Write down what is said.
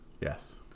Yes